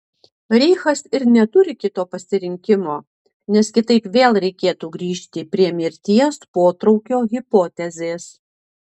reichas ir neturi kito pasirinkimo nes kitaip vėl reikėtų grįžti prie mirties potraukio hipotezės